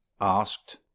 asked